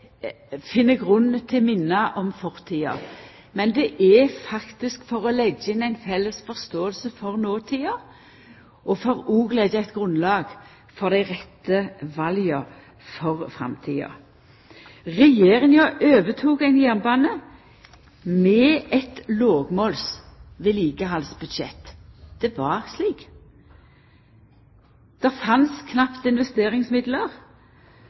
om fortida, men for å leggja inn ei felles forståing for notida, og òg for å leggja eit grunnlag for dei rette vala for framtida. Regjeringa overtok ein jernbane med eit vedlikehaldsbudsjett på lågmål. Det var slik. Det fanst knapt